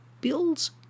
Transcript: builds